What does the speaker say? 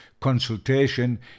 consultation